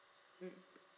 mm